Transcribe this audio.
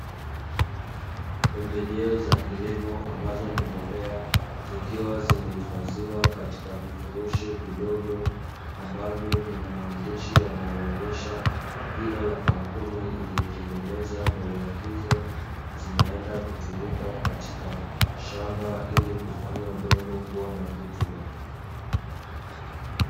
Pembejeo za kilimo ambazo ni mbolea, zikiwa zimehifadhiwa katika vifurushi vidogo, ambavyo vina maandishi yanayoonyesha jina la kampuni, iliyotengeneza mbolea hizo zinaenda kutumika katika shamba, ili kufanya udongo kuwa na rutuba.